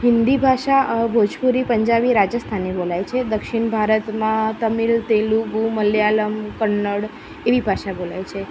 હિન્દી ભાષા ભોજપુરી પંજાબી રાજસ્થાની બોલાય છે દક્ષિણ ભારતમાં તમિલ તેલુગુ માલયાલમ કન્નડ એવી ભાષા બોલાય છે